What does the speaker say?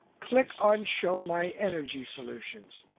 click on show my energy solutions.